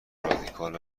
رادیکال